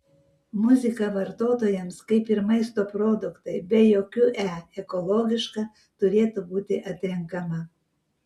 muzika vartotojams kaip ir maisto produktai be jokių e ekologiška turėtų būti atrenkama